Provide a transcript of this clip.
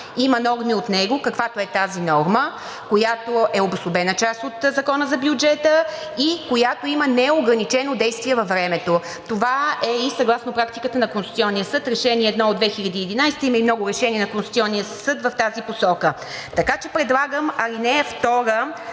има норми от него, каквато е тази норма, която е обособена част от Закона за бюджета и която има неограничено действие във времето. Това е и съгласно практиката на Конституционния съд – Решение № 1 от 2011 г., а има и много решения на Конституционния съд в тази посока. Така че предлагам ал. 2 да